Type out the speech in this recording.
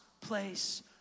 place